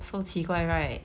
so 奇怪 right